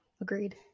Agreed